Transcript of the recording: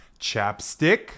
Chapstick